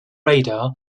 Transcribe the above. radar